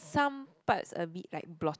some parts a bit like blot